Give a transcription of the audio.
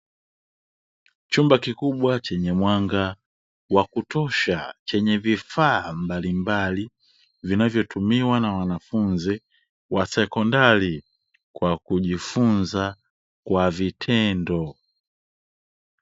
Chumba kikubwa chenye mwanga wa kutosha chenye vifaa mbalimbali vinavyotumiwa na wanafunzi wa sekondari kwa kujifunza kwa vitendo.